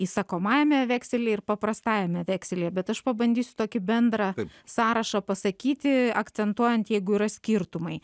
įsakomajame veksely ir paprastajame vekselyje bet aš pabandysiu tokį bendrą sąrašą pasakyti akcentuojant jeigu yra skirtumai